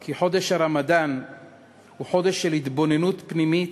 כי חודש הרמדאן הוא חודש של התבוננות פנימית,